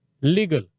Legal